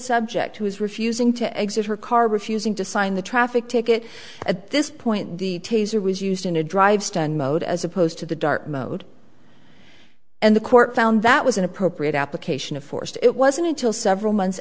subject who is refusing to exit her car refusing to sign the traffic ticket at this point the taser was used in a drive stun mode as opposed to the dart mode and the court found that was an appropriate application of force to it wasn't until several months